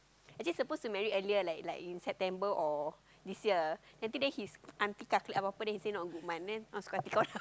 actually suppose to marry earlier like like in September or this year then after that his aunty calculate apa apa then say not good month ah suka hati kau lah